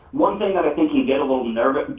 one thing that i think he'd get a little nervous,